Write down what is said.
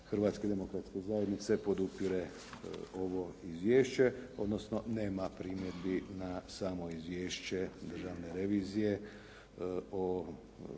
Hrvatske demokratske zajednice podupire ovo izvješće, odnosno nema primjedbi na samo izvješće Držane revizije o